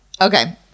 Okay